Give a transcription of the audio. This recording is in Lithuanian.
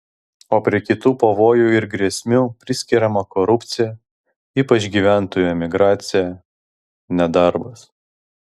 o prie kitų pavojų ir grėsmių priskiriama korupcija ypač gyventojų emigracija nedarbas